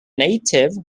native